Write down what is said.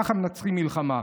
ככה מנצחים במלחמה.